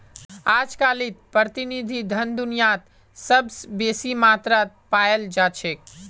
अजकालित प्रतिनिधि धन दुनियात सबस बेसी मात्रात पायाल जा छेक